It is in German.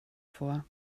vor